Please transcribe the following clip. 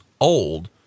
old